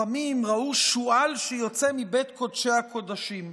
החכמים ראו שועל שיוצא מבית קודשי הקודשים.